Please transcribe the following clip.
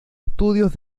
estudios